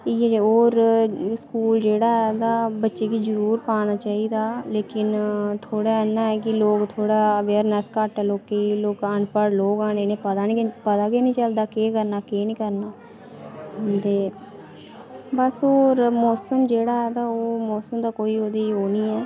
इयै जेह् होर स्कूल जेह्ड़ा ऐ तां बच्चे गी जरूर पाना चाहिदा लेकिन थोह्ड़ा इयां ऐ कि लोक थोह्ड़ा अवेयरनेस घट्ट ऐ लोकें गी लोक अनपढ़ लोक न इनेंगी पता नेईं पता गै नेईं चलदा केह् करना केह् नेईं करना ते बस होर मोसम जेह्ड़ा ऐ ते ओह् मोसम दा कोई ओह्दी ओह् नेईं ऐ